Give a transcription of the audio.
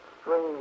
strange